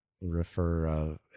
refer